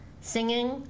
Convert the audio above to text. singing